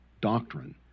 doctrine